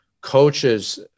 coaches